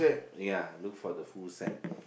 ya look for the full set